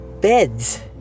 beds